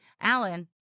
Alan